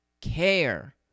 care